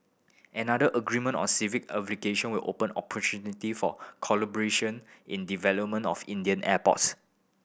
another agreement on civil aviation will open opportunity for collaboration in development of Indian airports